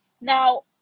now